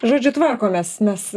žodžiu tvarkomės mes